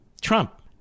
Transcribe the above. Trump